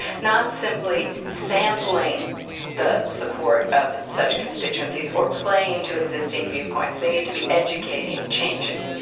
not simply sampling the support of such constituencies or playing to existing viewpoints. they need to be educating changing.